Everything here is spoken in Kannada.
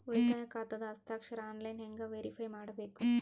ಉಳಿತಾಯ ಖಾತಾದ ಹಸ್ತಾಕ್ಷರ ಆನ್ಲೈನ್ ಹೆಂಗ್ ವೇರಿಫೈ ಮಾಡಬೇಕು?